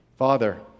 Father